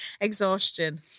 exhaustion